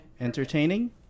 entertaining